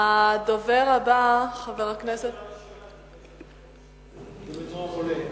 הדובר הבא, לא ענית